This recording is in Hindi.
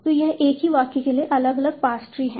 तो यह एक ही वाक्य के लिए अलग अलग पार्स ट्री है